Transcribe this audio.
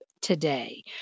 today